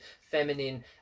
feminine